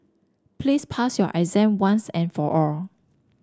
please pass your exam once and for all